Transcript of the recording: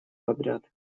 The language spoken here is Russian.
подряд